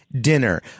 dinner